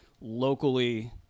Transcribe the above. Locally